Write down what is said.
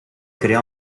crea